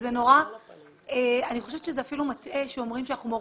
אני חושבת שזה אפילו מטעה שאומרים שאנחנו מורידים.